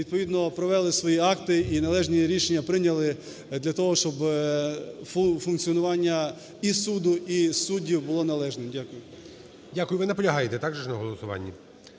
відповідно провели свої акти і належні рішення прийняли для того, щоб функціонування і суду, і суддів було належним. Дякую. ГОЛОВУЮЧИЙ. Дякую. Ви наполягаєте, так же ж, на голосуванні?